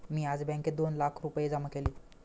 मी आज बँकेत दोन लाख रुपये जमा केले